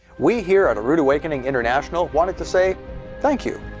we here at a rood awakening international wanted to say thank you.